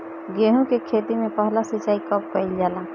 गेहू के खेती मे पहला सिंचाई कब कईल जाला?